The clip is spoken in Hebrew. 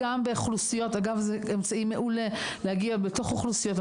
אגב, זה אמצעי מעולה להגיע בתוך אוכלוסיות.